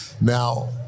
Now